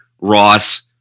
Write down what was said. Ross